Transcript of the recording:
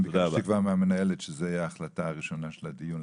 ביקשתי כבר מהמנהלת שזו תהיה ההחלטה הראשונה של הדיון,